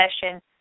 session